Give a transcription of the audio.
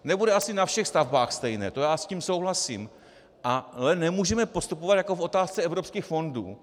Nebude asi na všech stavbách stejné, s tím souhlasím, ale nemůžeme postupovat jako v otázce evropských fondů.